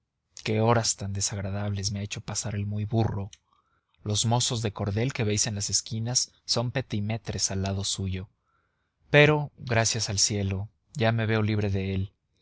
qué horas tan desagradables me ha hecho pasar el muy burro los mozos de cordel que veis por las esquinas son petimetres al lado suyo pero gracias al cielo ya me veo libre de él